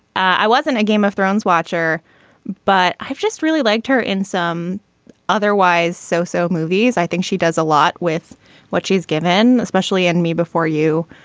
i wasn't a game of thrones watcher but i've just really liked her in some otherwise so so movies i think she does a lot with what she's given especially in me before you.